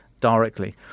directly